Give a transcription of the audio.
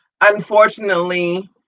Unfortunately